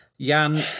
Jan